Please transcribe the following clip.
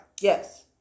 Yes